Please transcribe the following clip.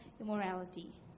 immorality